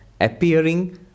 appearing